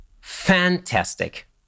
fantastic